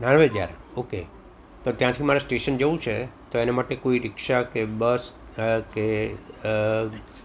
નારવેદ્યાર okay તો ત્યાંથી મારે સ્ટેશન જવું છે તો એના માટે કોઈ રિક્ષા કે બસ કે